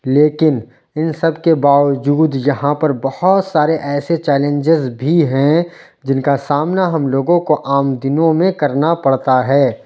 لیکن ان سب کے باوجود یہاں پر بہت سارے ایسے چیلنجز بھی ہیں جن کا سامنا ہم لوگوں کو عام دنوں میں کرنا پڑتا ہے